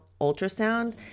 ultrasound